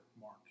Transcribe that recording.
mark